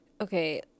Okay